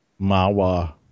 Mawa